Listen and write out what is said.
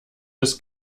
des